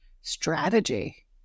strategy